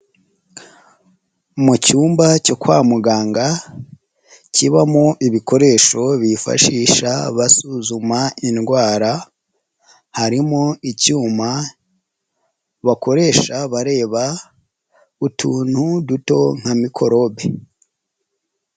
Mu cyumba cyo kwa muganga kibamo ibikoresho bifashisha basuzuma indwara harimo icyuma bakoresha bareba utuntu duto nka mikorobe.